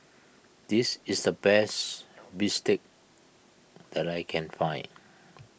this is the best Bistake that I can find